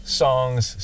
songs